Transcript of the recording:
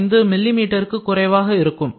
25 மில்லி மீட்டருக்குக் குறைவாக இருக்கும்